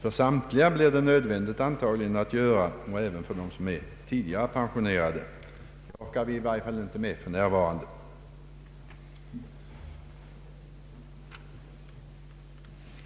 I så fall blir det nödvändigt att göra detta för samtliga och även för dem som tidigare är pensionerade, och detta orkar vi i varje fall inte för närvarande med.